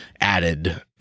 added